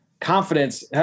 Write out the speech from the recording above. confidence